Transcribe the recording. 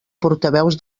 portaveus